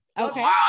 Okay